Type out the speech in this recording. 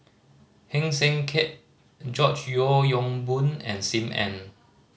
Heng Swee Keat George Yeo Yong Boon and Sim Ann